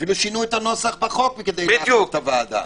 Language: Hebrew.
אפילו שינו את הנוסח בחוק כדי לשנות את הוועדה.